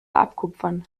abkupfern